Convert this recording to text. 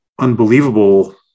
unbelievable